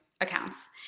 accounts